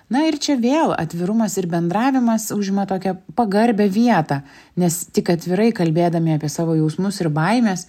na ir čia vėl atvirumas ir bendravimas užima tokią pagarbią vietą nes tik atvirai kalbėdami apie savo jausmus ir baimes